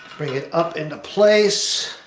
bring it up into place,